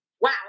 Wow